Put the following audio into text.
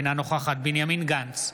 אינה נוכחת בנימין גנץ,